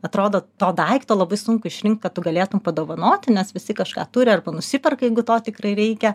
atrodo to daikto labai sunku išrinkt ką tu galėtum padovanoti nes visi kažką turi arba nusiperka jeigu to tikrai reikia